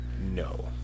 No